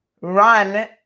run